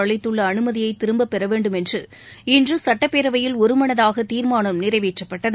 அளித்துள்ள அனுமதியை திரும்பப்பெற வேண்டும் என்று இன்று சட்டப்பேரவையில் ஒருமனதாக தீர்மானம் நிறைவேற்றப்பட்டது